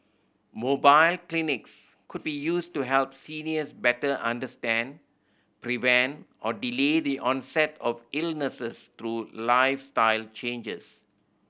mobile clinics could be used to help seniors better understand prevent or delay the onset of illnesses through lifestyle changes